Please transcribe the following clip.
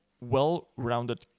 well-rounded